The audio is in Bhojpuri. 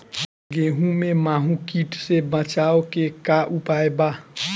गेहूँ में माहुं किट से बचाव के का उपाय बा?